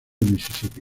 misisipi